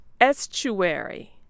Estuary